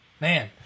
Man